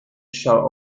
shell